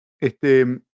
Este